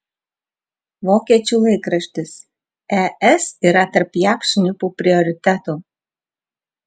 vokiečių laikraštis es yra tarp jav šnipų prioritetų